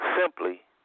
simply